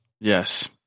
Yes